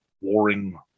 warring